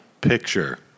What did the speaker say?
Picture